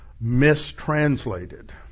mistranslated